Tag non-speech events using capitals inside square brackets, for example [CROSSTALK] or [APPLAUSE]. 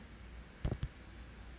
[NOISE]